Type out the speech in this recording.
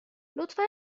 لطفا